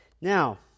Now